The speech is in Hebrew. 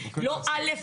לא א',